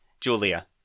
Julia